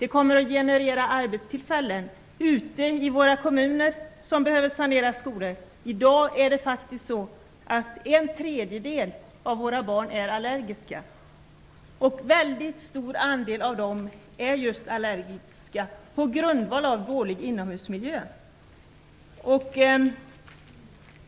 Det kommer att generera arbetstillfällen ute i våra kommuner, som behöver sanera skolor. I dag är en tredjedel av barnen allergiska, och en väldigt stor andel av dem är allergiska just på grund av dålig inomhusmiljö.